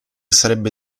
sarebbe